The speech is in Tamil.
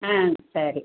ஆ சரி